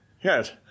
Yes